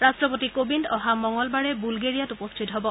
ৰাট্টপতি কোৱিন্দ অহা মঙলবাৰে বুলগেৰিয়াত উপস্থিত হ'ব